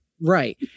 Right